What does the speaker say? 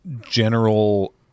general